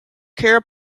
care